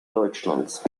deutschlands